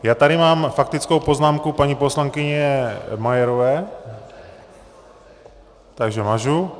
Já tady mám faktickou poznámku paní poslankyně Majerové, takže mažu.